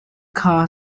kha